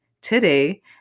today